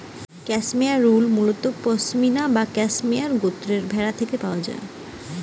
cashmere wool মুলত পসমিনা বা cashmere গোত্রর ভেড়া নু পাওয়া যায়